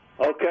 Okay